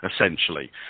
essentially